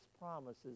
promises